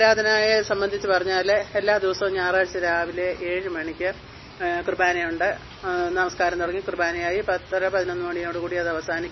ആരാധനയെ സംബന്ധിച്ച് പറഞ്ഞാല് എല്ലാ ദിവസവും ഞായറാഴ്ച രാവിലെ ഏഴ് മണിക്ക് കുർബാനയുണ്ട് നമസ്ക്കാരം തുടങ്ങി കുർബാനയായി പത്തര പതിനൊന്ന് മണിയോട് കൂടിയതവസാനിക്കും